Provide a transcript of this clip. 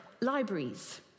libraries